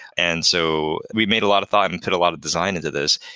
and so we made a lot of thought and put a lot of design into this.